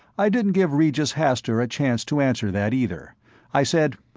i didn't give regis hastur a chance to answer that, either i said,